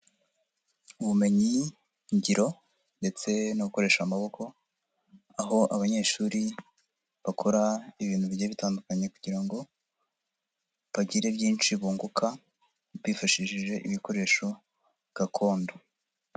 Mu bumenyingiro ndetse no gukoresha amaboko, aho abanyeshuri bakora ibintu bigiye bitandukanye kugira ngo bagire byinshi bunguka, bifashishije ibikoresho gakondo.